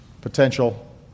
potential